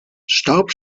staub